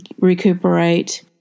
recuperate